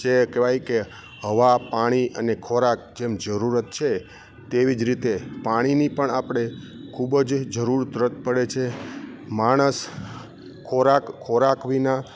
જે કહેવાય કે હવા પાણી અને ખોરાક જેમ જરૂરત છે તેવીજ રીતે પાણીની પણ આપણે ખૂબ જ જરૂરત પડે છે માણસ ખોરાક ખોરાક વિના